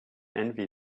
envy